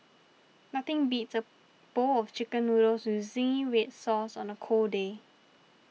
nothing beats a bowl of Chicken Noodles with Zingy Red Sauce on a cold day